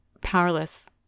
powerless